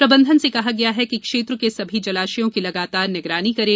प्रबंधन से कहा गया है कि क्षेत्र के सभी जलाशयों की लगातार निगरानी करें